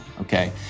Okay